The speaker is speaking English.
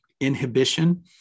inhibition